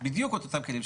בדיוק את אותם כלים,